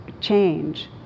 change